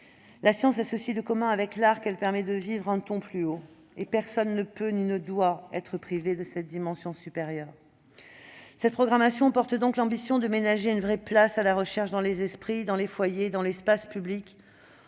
La science a ceci de commun avec l'art qu'elle permet de vivre un ton plus haut, et personne ne peut ni ne doit être privé de cette dimension supérieure. Cette programmation porte donc l'ambition de ménager une vraie place à la recherche dans les esprits, dans les foyers et dans l'espace public